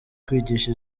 kwigisha